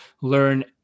learn